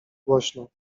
głośno